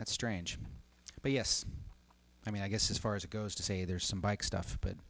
strange but yes i mean i guess as far as it goes to say there's some bike stuff but